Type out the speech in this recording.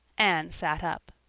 anne sat up,